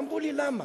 אמרו לי: למה?